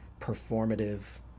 performative